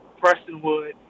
Prestonwood